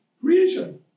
creation